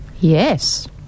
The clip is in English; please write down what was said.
Yes